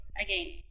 Again